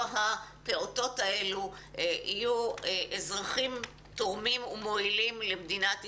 הפעוטות האלו יהיו אזרחים תורמים ומועילים למדינת ישראל.